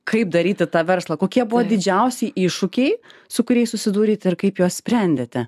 kaip daryti tą verslą kokie buvo didžiausi iššūkiai su kuriais susidūrėte ir kaip juos sprendėte